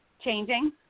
changing